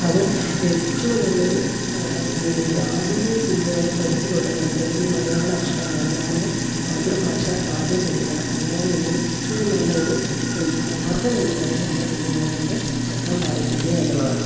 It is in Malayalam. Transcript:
അത് ഏറ്റവും നല്ലൊരു അല്ലെങ്കിൽ ആദ്യമേ കുഞ്ഞുങ്ങൾ പഠിച്ച് തുടങ്ങേണ്ടത് ഈ മലയാള അക്ഷരമാണ് നമ്മുടെ മാതൃഭാഷ ആദ്യം പഠിക്കണം അതിനാൽ ഏറ്റവും നല്ലൊരു മാർഗ്ഗമെന്ന് പറയുന്നത് നമ്മൾ കുഞ്ഞുങ്ങളെ കൊണ്ട് പത്രം വായിപ്പിക്കുക എന്നുള്ളതാണ്